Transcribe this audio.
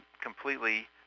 completely